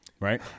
Right